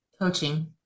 coaching